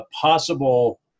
possible